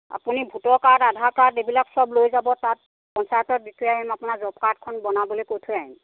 আপুনি ভোটৰ card Aadhaar card এইবিলাক সব লৈ যাব তাত পঞ্চায়তত দি থৈ আহিম আপোনাৰ জব কাৰ্ডখন বনাবলৈ কৈ থৈ আহিম